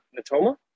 natoma